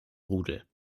rudel